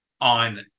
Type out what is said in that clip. on